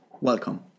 Welcome